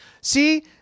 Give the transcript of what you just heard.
see